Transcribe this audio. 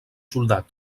soldat